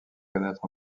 connaître